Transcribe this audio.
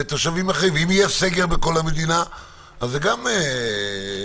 ואם יהיה סגר בכל המדינה גם אותו דבר.